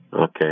Okay